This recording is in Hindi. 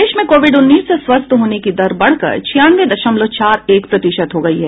देश में कोविड उन्नीस से स्वस्थ होने की दर बढ़कर छियानवे दशमलव चार एक प्रतिशत हो गई है